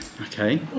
Okay